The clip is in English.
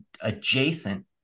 adjacent